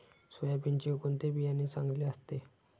सोयाबीनचे कोणते बियाणे चांगले असते?